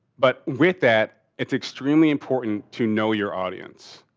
but with that it's extremely important to know your audience.